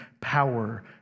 power